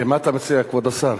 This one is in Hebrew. מה אתה מציע, כבוד השר?